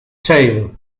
tail